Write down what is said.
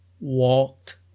walked